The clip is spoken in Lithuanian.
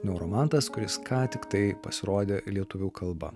normantas kuris ką tiktai pasirodė lietuvių kalba